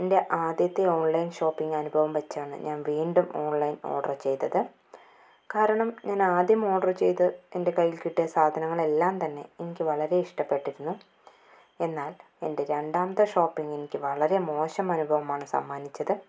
എന്റെ ആദ്യത്തെ online shopping അനുഭവം വച്ചാണ് ഞാന് വീണ്ടും ഓണ്ലൈന് ഓര്ഡര് ചെയ്തത് കാരണം ഞാന് ആദ്യം ഓര്ഡര് ചെയ്ത് എന്റെ കൈയ്യില് കിട്ടിയ സാധനങ്ങള് എല്ലാം തന്നെ എനിക്ക് വളരെ ഇഷ്ടപ്പെട്ടിരുന്നു എന്നാല് എന്റെ രണ്ടാമത്തെ ഷോപ്പിംഗ് എനിക്ക് വളരെ മോശം അനുഭവമാണ് സമ്മാനിച്ചത്